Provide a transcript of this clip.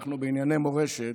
אנחנו בענייני מורשת.